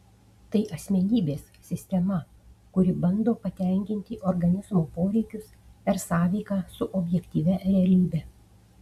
tai asmenybės sistema kuri bando patenkinti organizmo poreikius per sąveiką su objektyvia realybe